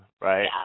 right